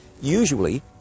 usually